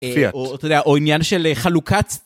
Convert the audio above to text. או (אתה יודע) העניין של חלוקת...